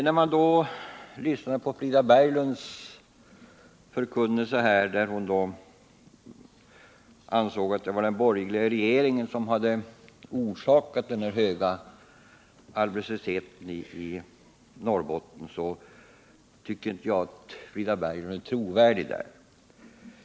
När jag lyssnar till Frida Berglunds förkunnelse, enligt vilken hon anser att det var den borgerliga regeringen som orsakade denna höga arbetslöshet i Norrbotten, kan jag inte tycka att Frida Berglund är trovärdig.